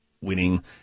winning